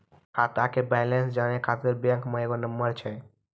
खाता के बैलेंस जानै ख़ातिर बैंक मे एगो नंबर छै?